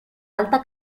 alta